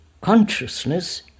Consciousness